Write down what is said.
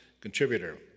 contributor